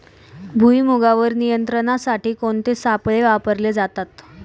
भुईमुगावर नियंत्रणासाठी कोणते सापळे वापरले जातात?